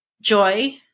joy